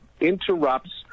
interrupts